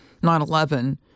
9-11